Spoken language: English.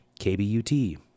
KBUT